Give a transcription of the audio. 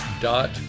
dot